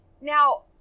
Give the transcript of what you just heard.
Now